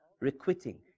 requiting